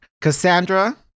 Cassandra